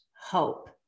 hope